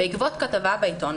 בעקבות כתבה בעיתון,